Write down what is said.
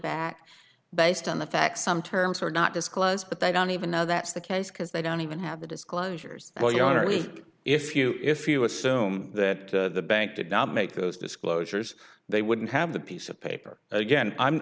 but based on the fact some terms are not disclosed but they don't even know that's the case because they don't even have the disclosures well your honor if you if you assume that the bank did not make those disclosures they wouldn't have the piece of paper again i'm